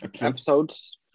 episodes